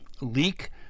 leak